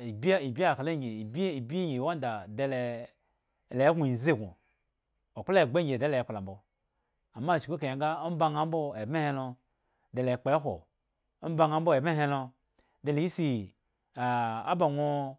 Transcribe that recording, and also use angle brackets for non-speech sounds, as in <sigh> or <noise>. <hesitation> ibyi akla nyi ibyi byi akla nyi ibyibyi nyi wanda fe le e le go enzi go oklo egba anyi dale klo mbo amma chku kawe nga ombaaa mbo eme he lo de le kpohwo ombaaa ebme he lo de le si <hesitation> ba nwo